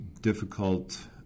difficult